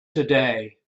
today